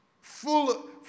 full